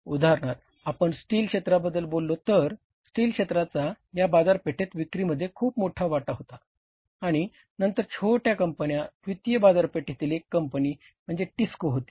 उदाहरणार्थ आपण स्टील क्षेत्राबद्दल बोललो तर स्टील क्षेत्राचा या बाजारपेठेत विक्रीमध्ये खुप मोठा वाटा होता आणि नंतर छोट्या कंपन्या द्वितीय बाजारपेठीतील एक कंपनी म्हणजे टिस्को होती